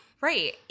Right